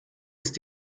ist